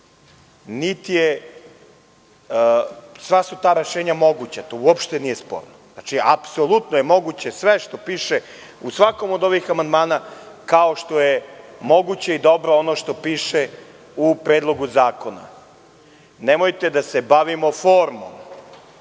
Sva su ta rešenja moguća. To uopšte nije sporno. Apsolutno je moguće sve što piše u svakom od ovih amandmana, kao što je moguće i dobro ono što piše u Predlogu zakona. Nemojte da se bavimo formom.